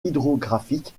hydrographique